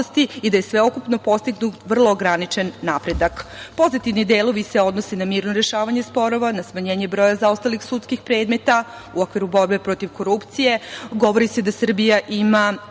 i da je sveukupno postignut vrlo ograničen napredak. Pozitivni delovi se odnose na mirno rešavanje sporova, na smanjenje broja zaostalih sudskih predmeta u okviru borbe protiv korupcije